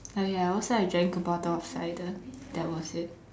oh ya also I drank two bottles of cider that was it